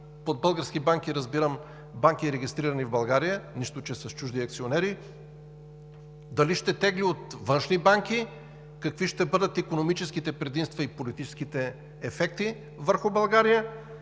под български банки разбирам регистрирани в България, нищо че са с чужди акционери, дали ще тегли от външни банки, какви ще бъдат икономическите предимства и политическите ефекти върху България,